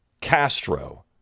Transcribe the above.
Castro